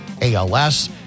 ALS